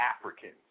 Africans